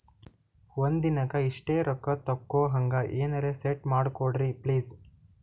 ಒಂದಿನಕ್ಕ ಇಷ್ಟೇ ರೊಕ್ಕ ತಕ್ಕೊಹಂಗ ಎನೆರೆ ಸೆಟ್ ಮಾಡಕೋಡ್ರಿ ಪ್ಲೀಜ್?